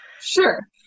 Sure